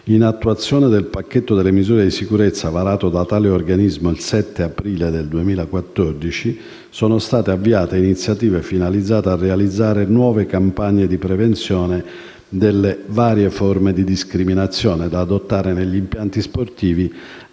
In attuazione del pacchetto delle misure di sicurezza varato da tale organismo il 7 aprile 2014, sono state avviate iniziative finalizzate a realizzare nuove campagne di prevenzione delle varie forme di discriminazione, da adottare negli impianti sportivi